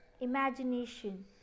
Imagination